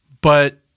But-